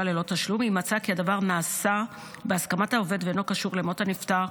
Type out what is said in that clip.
ללא תשלום אם מצאה כי הדבר נעשה בהסכמת העובד ואינו קשור למות הנפטר,